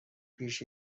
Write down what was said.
پیش